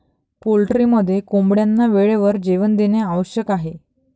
पोल्ट्रीमध्ये कोंबड्यांना वेळेवर जेवण देणे आवश्यक आहे